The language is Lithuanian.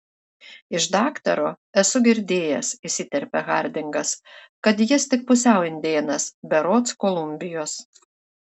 iš daktaro esu girdėjęs įsiterpia hardingas kad jis tik pusiau indėnas berods kolumbijos